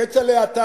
כצל'ה,